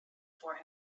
for